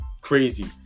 crazy